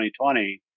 2020